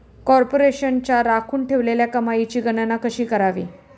कॉर्पोरेशनच्या राखून ठेवलेल्या कमाईची गणना कशी करावी